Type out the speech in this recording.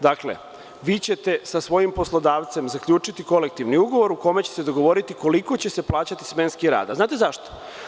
Dakle, vi ćete sa svojim poslodavcem zaključiti kolektivni ugovor u kome ćete dogovoriti koliko će se plaćati smenski rad, a znate zašto?